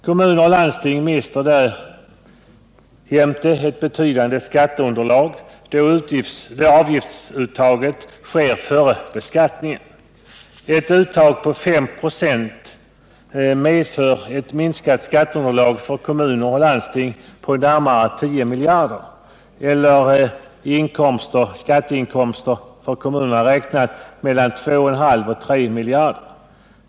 Kommuner och landsting mister därjämte ett betydande skatteunderlag, då avgiftsuttaget sker före beskattningen. Ett uttag på 5 96 medför ett minskat skatteunderlag för kommuner och landsting på närmare 10 miljarder eller 2,5 å 3 miljarder mindre i skatteintäkter.